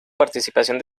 participación